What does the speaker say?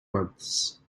months